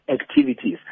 activities